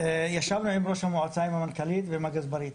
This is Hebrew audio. ישבנו עם ראש המועצה, עם המנכ"לית ועם הגזברית.